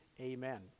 amen